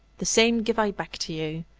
the same give i back to you.